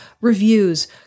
reviews